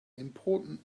important